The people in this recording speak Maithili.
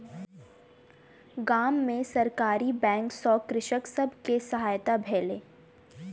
गाम में सरकारी बैंक सॅ कृषक सब के सहायता भेलैन